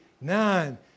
nine